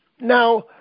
Now